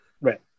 Right